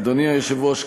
אדוני היושב-ראש,